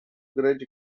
grand